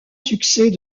succès